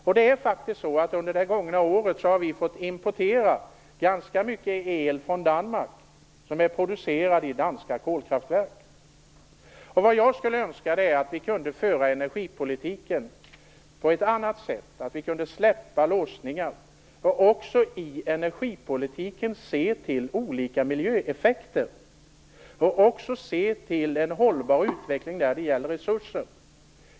Vi har faktiskt under det gångna året fått importera ganska mycket el från Danmark, producerad i danska kolkraftverk. Vad jag skulle önska är att vi kunde pröva energipolitiken på ett annat sätt och släppa låsningar, så att vi i energipolitiken ser till olika miljöeffekter och till en hållbar utveckling av resurser.